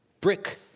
brick